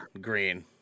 green